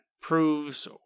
proves